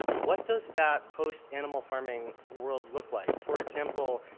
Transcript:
what does that post animal farming world look like? for example,